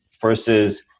versus